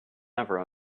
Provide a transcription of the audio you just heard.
never